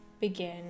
begin